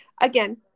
Again